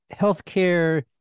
healthcare